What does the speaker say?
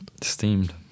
Steamed